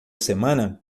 semana